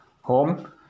home